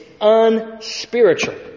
unspiritual